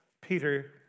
Peter